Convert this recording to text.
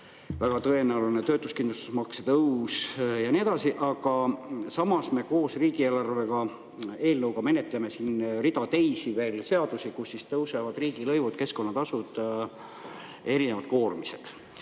väga tõenäoline töötuskindlustusmakse tõus ja nii edasi. Aga samas me koos riigieelarve eelnõuga menetleme siin mitmeid teisi seadusi, millega tõusevad riigilõivud, keskkonnatasud, erinevad koormised.